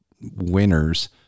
winners